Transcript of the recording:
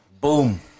Boom